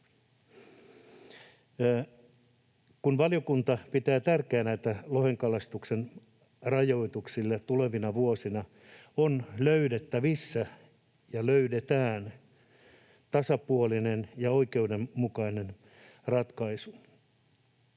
Valiokunta pitää tärkeänä, että lohenkalastuksen rajoituksille tulevina vuosina on löydettävissä ja löydetään tasapuolinen ja oikeudenmukainen ratkaisu.